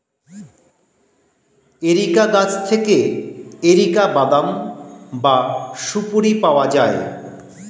areca গাছ থেকে areca বাদাম বা সুপোরি পাওয়া যায়